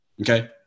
Okay